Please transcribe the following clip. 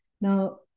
now